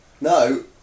No